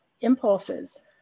impulses